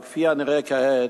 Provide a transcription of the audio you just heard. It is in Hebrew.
אבל כפי הנראה כעת,